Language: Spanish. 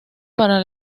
para